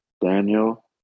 Daniel